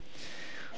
אמש,